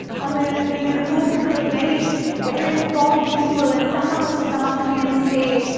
somewhere in a room, full of very well-informed people, and someone was to come up to me and say,